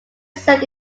served